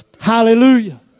Hallelujah